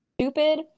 stupid